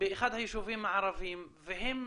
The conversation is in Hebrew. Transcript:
באחד היישובים הערביים והם